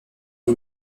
une